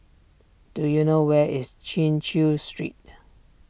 do you know where is Chin Chew Street